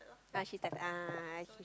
uh she started ah she